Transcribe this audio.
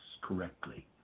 correctly